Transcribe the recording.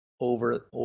over